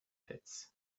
pits